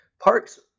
parks